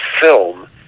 film